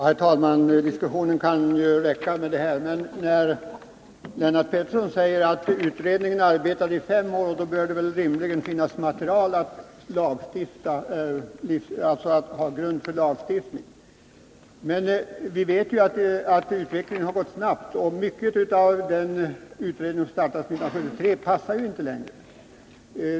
Herr talman! Det kan ju räcka med det här i diskussionen. Men när Lennart Pettersson säger att utredningen har arbetat i fem år, bör det väl rimligen finnas tillräckligt med material för att lägga till grund för en lagstiftning? Vi vet att utvecklingen har gått snabbt och att mycket av vad den utredning som startade 1973 kommit fram till inte passar längre.